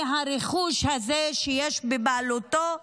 מהרכוש הזה שיש בבעלותו,